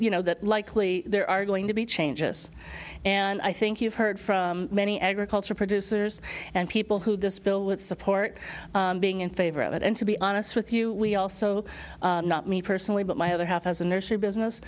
you know that likely there are going to be changes and i think you've heard from many agriculture producers and people who this bill would support being in favor of it and to be honest with you we also not me personally but my other half as a nursery business